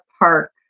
park